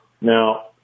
Now